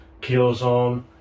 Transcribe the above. Killzone